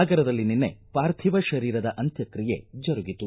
ಸಾಗರದಲ್ಲಿ ನಿನ್ನೆ ಪಾರ್ಥಿವ ಶರೀರದ ಅಂತ್ಯಕ್ರಿಯೆ ಜರುಗಿತು